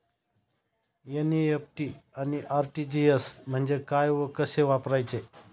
NEFT आणि RTGS म्हणजे काय व कसे वापरायचे?